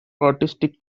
artistic